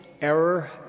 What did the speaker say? error